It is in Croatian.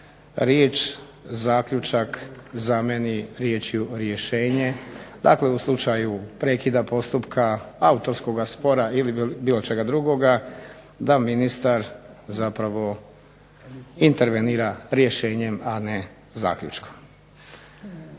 riječ zaključak zamijeni riječju rješenje, dakle u slučaju prekida postupka, autorskoga spora ili bilo čega drugoga da ministar zapravo intervenira rješenjem a ne zaključkom.